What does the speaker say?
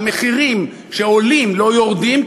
המחירים שעולים ולא יורדים,